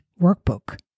Workbook